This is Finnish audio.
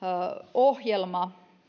ohjelma